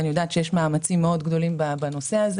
אני יודעת שיש מאמצים גדולים מאוד בנושא הזה